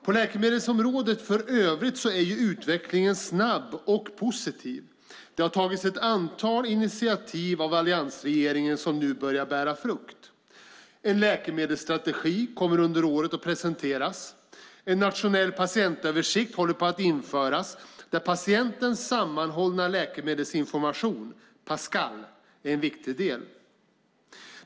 På läkemedelsområdet i övrigt är utvecklingen snabb och positiv. Det har tagits ett antal initiativ av alliansregeringen som nu börjar bära frukt. En läkemedelsstrategi kommer under året att presenteras. En nationell patientöversikt håller på att införas där patientens sammanhållna läkemedelsinformation, Pascal, är en viktig del.